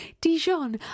Dijon